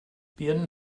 birnen